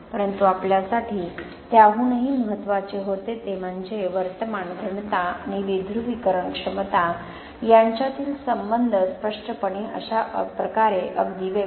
परंतु आपल्यासाठी त्याहूनही महत्त्वाचे होते ते म्हणजे वर्तमान घनता आणि विध्रुवीकरण क्षमता यांच्यातील संबंध स्पष्टपणे अशा प्रकारे अगदी वेगळे